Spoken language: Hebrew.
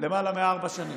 למעלה מארבע שנים,